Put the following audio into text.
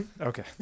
okay